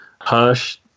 Hush